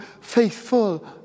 faithful